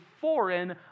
foreign